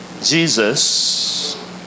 Jesus